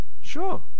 sure